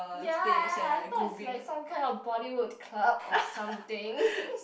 ya ya I thought it's like some kind of Bollywood club or something